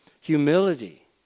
Humility